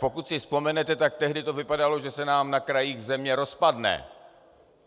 Pokud si vzpomenete, tehdy to vypadalo, že se nám na krajích země rozpadne,